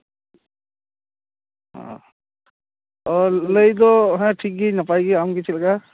ᱚᱻ ᱚᱻ ᱞᱟᱹᱭ ᱫᱚ ᱦᱮᱸ ᱴᱷᱤᱠᱜᱮ ᱱᱟᱯᱟᱭ ᱜᱮ ᱟᱢᱜᱮ ᱪᱮᱫᱞᱮᱠᱟ